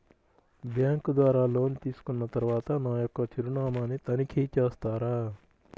Bank ద్వారా loan తీసుకున్న తరువాత నా యొక్క చిరునామాని తనిఖీ చేస్తారా?